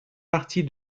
partie